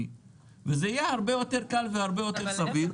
זה יהיה הרבה יותר קל והרבה יותר סביר,